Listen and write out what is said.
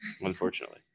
unfortunately